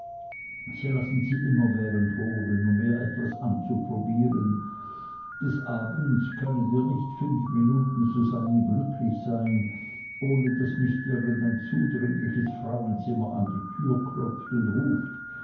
lassen sie immerwährend holen um ihr etwas anzuprobieren des abends können wir nicht fünf minuten zusammen glücklich sein ohne daß nicht irgendein zudringliches frauenzimmer an die türe klopft und ruft